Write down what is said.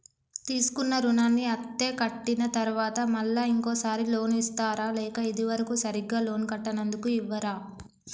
తీసుకున్న రుణాన్ని అత్తే కట్టిన తరువాత మళ్ళా ఇంకో సారి లోన్ ఇస్తారా లేక ఇది వరకు సరిగ్గా లోన్ కట్టనందుకు ఇవ్వరా?